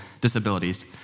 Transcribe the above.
disabilities